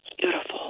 beautiful